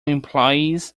employees